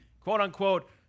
quote-unquote